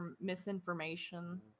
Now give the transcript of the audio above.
misinformation